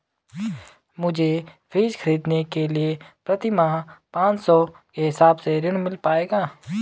मुझे फ्रीज खरीदने के लिए प्रति माह पाँच सौ के हिसाब से ऋण मिल पाएगा?